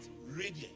radiant